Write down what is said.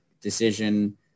decision